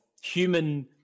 human